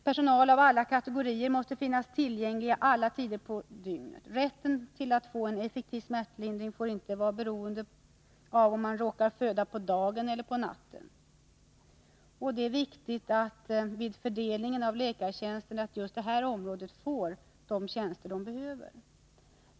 Personal av alla kategorier måste finnas tillgängliga alla tider på dygnet. Rätten till att få effektiv smärtlindring får inte bli beroende av om man råkar föda på dagen eller på natten. Det är viktigt att vid fördelningen av läkartjänster just detta område får de tjänster det behöver.